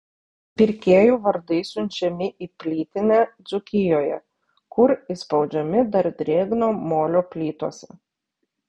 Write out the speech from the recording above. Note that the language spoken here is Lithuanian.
pirkėjų vardai siunčiami į plytinę dzūkijoje kur įspaudžiami dar drėgno molio plytose